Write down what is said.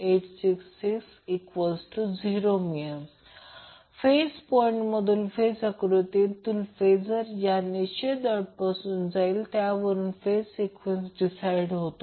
866 0 phase point मधून phase आकृतीमध्ये phasor ज्या निश्चित डॉटपासून जाईल त्यावरून फेजर सिक्वेन्स डिसाईड ठरते